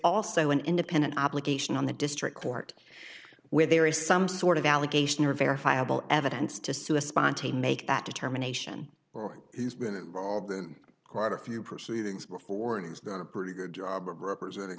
also an independent obligation on the district court where there is some sort of allegation or verifiable evidence to sue a sponte make that determination has been involved in quite a few proceedings before and he's done a pretty good job of representing